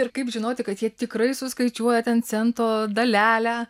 ir kaip žinoti kad jie tikrai suskaičiuoja ten cento dalelę